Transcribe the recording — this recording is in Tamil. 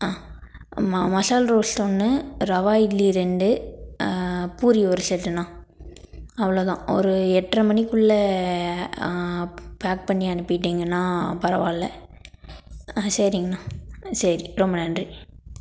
ஆ மசால் ரோஸ்ட் ஒன்று ரவா இட்லி ரெண்டு பூரி ஒரு செட்டுண்ணா அவ்வளோதான் ஒரு எட்ரை மணிக்குள்ளே பேக் பண்ணி அனுப்பிவிட்டீங்கன்னா பரவாயில்லை ஆ சரிங்கண்ணா சரி ரொம்ப நன்றி